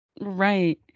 right